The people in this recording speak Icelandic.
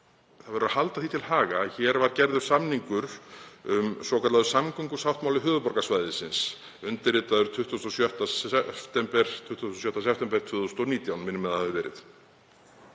því verður að halda til haga að hér var gerður samningur, svokallaður samgönguáttmáli höfuðborgarsvæðisins, undirritaður 26. september 2019, minnir mig að hafi verið.